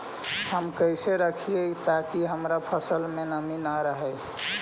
हम कैसे रखिये ताकी हमर फ़सल में नमी न रहै?